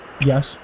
yes